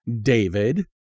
David